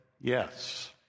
Yes